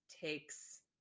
takes